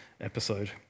episode